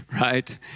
right